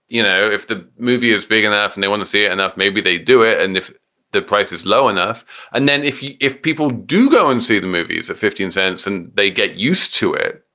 you know, if the movie is big enough and they want to see it enough, maybe they do it. and if the price is low enough and then if if people do go and see the movies at fifteen cents and they get used to it,